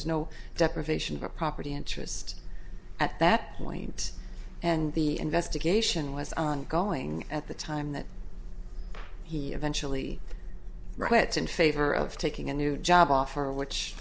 was no deprivation of property interest at that point and the investigation was ongoing at the time that he eventually writes in favor of taking a new job offer which